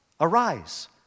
arise